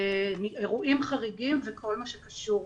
אירועים חריגים וכל מה שקשור.